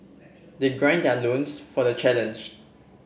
they gird their loins for the challenge